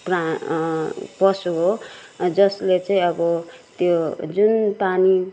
प्रा पशु हो जसले चाहिँ अब त्यो जुन पानी